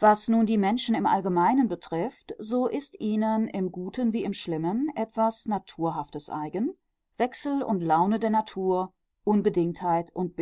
was nun die menschen im allgemeinen betrifft so ist ihnen im guten wie im schlimmen etwas naturhaftes eigen wechsel und laune der natur unbedingtheit und